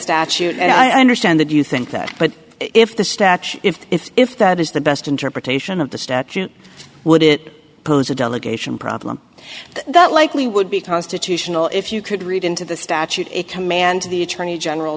statute and i understand that you think that but if the statute if if if that is the best interpretation of the statute would it pose a delegation problem that likely would be constitutional if you could read into the statute a command to the attorney general